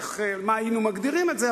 איך היינו מגדירים את זה,